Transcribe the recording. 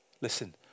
Listen